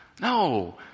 No